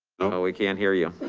we can't hear you.